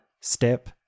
step